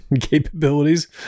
capabilities